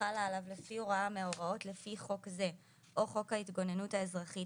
שחלה עליו לפי הוראה מההוראות לפי חוק זה או חוק ההתגוננות האזרחית,